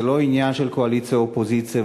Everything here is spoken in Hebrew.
זה לא עניין של קואליציה אופוזיציה,